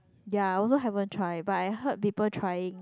ya I also haven't try but I heard people trying